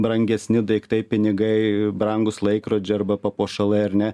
brangesni daiktai pinigai brangūs laikrodžiai arba papuošalai ar ne